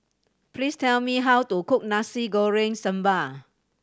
please tell me how to cook Nasi Goreng Sambal